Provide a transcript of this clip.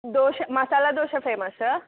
dosa masala dosa famous